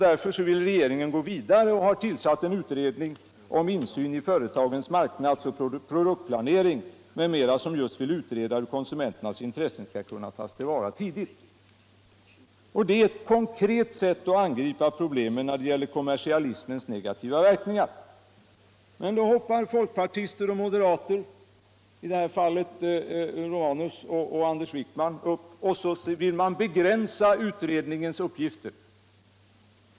Därför vill regeringen gå vidare och har tillsatt en utredning om insyn i företagens marknads och produktplanering m.m., som just skall utreda hur konsumenternas intressen skall kunna tas till vara på ett tidigt stadium. Detta är ett konkret sätt att angripa problemen när det gäller kommersialismens negativa verkningar. Men då hoppar folkpartister och moderater — i detta fall Gabriel Romanus och Anders Wijkman — upp och vill begränsa utredningens uppgifter.